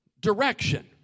direction